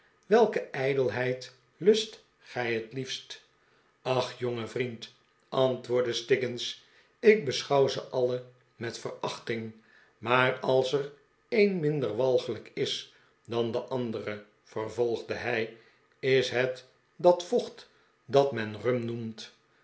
welke ijdelheid lust gij het liefst ach jonge vriend antwoordde stiggins ik beschouw ze alle met verachting maar als er een minder walgelijk is dan de andere vervolgde hij is het dat vocht dat men rum noemt